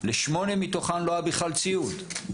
לשמונה מתוכן לא היה בכלל ציוד,